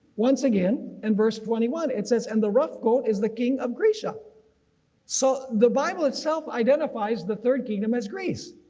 once again in verse twenty one it says and the rough goat is the king of grecia so the bible itself identifies the third kingdom as greece.